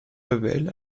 révèle